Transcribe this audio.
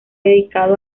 dedicado